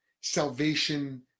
salvation